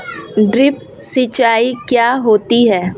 Drip सिंचाई क्या होती हैं?